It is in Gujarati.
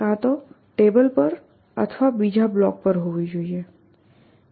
તે કાં તો ટેબલ પર અથવા બીજા બ્લોક પર હોવી જોઈએ